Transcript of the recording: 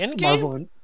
Marvel